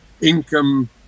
income